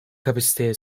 kapasiteye